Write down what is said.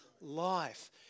life